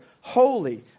holy